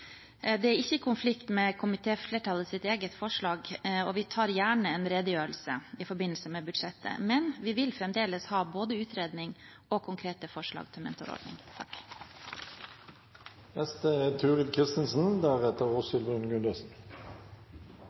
Det er ikke i konflikt med komitéflertallets eget forslag, og vi tar gjerne en redegjørelse i forbindelse med budsjettet. Men vi vil fremdeles ha både utredning og konkrete forslag til mentorordning. Igjen en hyggelig dag på jobben. Det er